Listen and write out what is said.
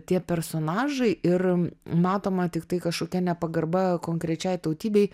tie personažai ir matoma tiktai kažkokia nepagarba konkrečiai tautybei